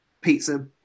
pizza